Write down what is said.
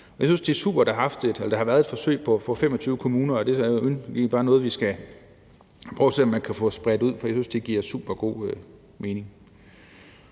Jeg synes, det er super, at der har været et forsøg i 25 kommuner, og det er da bare noget, vi skal prøve at se om man kan få spredt ud, for jeg synes, det giver super god mening.